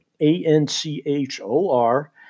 A-N-C-H-O-R